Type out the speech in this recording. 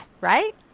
right